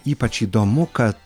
ypač įdomu kad